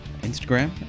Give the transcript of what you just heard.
Instagram